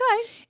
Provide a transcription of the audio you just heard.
okay